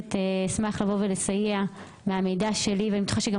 כנסת אשמח לסייע מהמידע שלי ואני בטוחה שגם